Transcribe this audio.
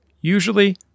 Usually